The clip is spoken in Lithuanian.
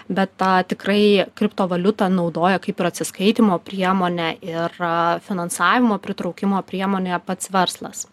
bet tą tikrai kriptovaliutą naudoja kaip ir atsiskaitymo priemonę ir finansavimo pritraukimo priemonę pats verslas